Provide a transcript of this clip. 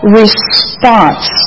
response